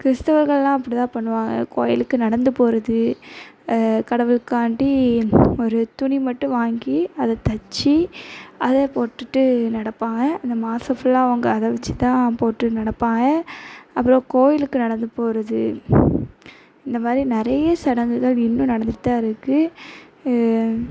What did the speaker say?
கிறிஸ்துவர்கள்லாம் அப்படிதான் பண்ணுவாங்க கோவிலுக்கு நடந்து போகிறது கடவுள்காண்டி ஒரு துணி மட்டும் வாங்கி அதை தைச்சு அதை போட்டுட்டு நடப்பாங்க அந்த மாதம் ஃபுல்லாக அவங்க அதை வைச்சி தான் போட்டு நடப்பாங்க அப்புறம் கோவிலுக்கு நடந்து போகிறது இந்தமாதிரி நிறைய சடங்குகள் இன்னும் நடந்துட்டு தான் இருக்குது